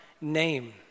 name